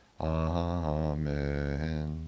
Amen